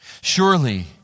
Surely